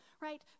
right